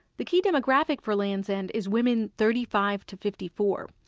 the key demographic for lands' end is women thirty five to fifty four.